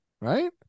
right